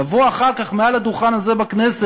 לבוא אחר כך ומעל הדוכן הזה בכנסת